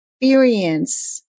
experience